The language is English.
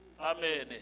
Amen